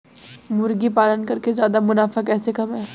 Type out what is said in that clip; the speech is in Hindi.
मुर्गी पालन करके ज्यादा मुनाफा कैसे कमाएँ?